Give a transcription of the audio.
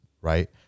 right